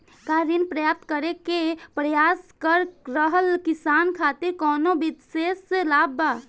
का ऋण प्राप्त करे के प्रयास कर रहल किसान खातिर कउनो विशेष लाभ बा?